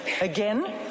Again